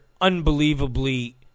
unbelievably